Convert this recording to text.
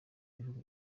bihugu